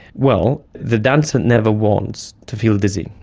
well, the dancer never wants to feel dizzy.